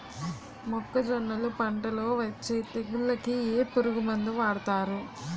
మొక్కజొన్నలు పంట లొ వచ్చే తెగులకి ఏ పురుగు మందు వాడతారు?